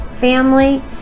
family